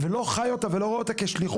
לא חי אותה ולא רואה אותה כשליחות,